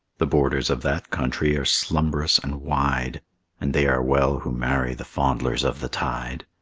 the borders of that country are slumberous and wide and they are well who marry the fondlers of the tide.